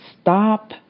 stop